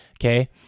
okay